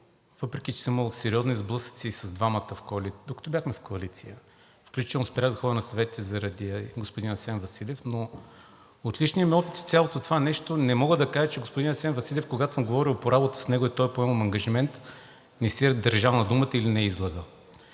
въпреки че съм имал сериозни сблъсъци и с двамата, докато бяхме в коалиция, включително спрях да ходя на съветите заради господин Асен Василев, но от личния ми опит с цялото това нещо не мога да кажа, че господин Асен Василев, когато съм говорил по работа с него и той е поемал ангажимент, не си е държал на думата или ме е излъгал.